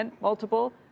multiple